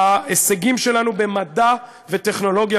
ההישגים שלנו במדע וטכנולוגיה,